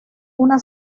una